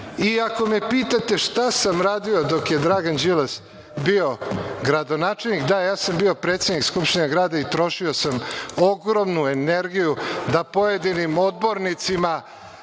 me pitate šta sam radio dok je Dragan Đilas bio gradonačelnik, da, ja sam bio predsednik Skupštine grada i trošio sam ogromnu energiju da pojedinim odbornicima